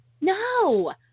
No